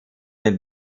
den